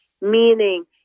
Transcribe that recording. meaning